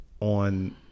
on